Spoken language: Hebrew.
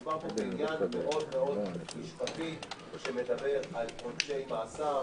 מדובר פה בעניין מאוד מאוד משפטי שמדבר על עונשי מאסר,